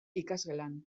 ikasgelan